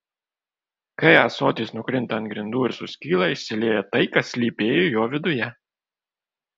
kai ąsotis nukrinta ant grindų ir suskyla išsilieja tai kas slypėjo jo viduje